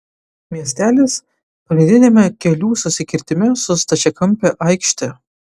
miestelis pagrindiniame kelių susikirtime su stačiakampe aikšte